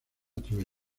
troya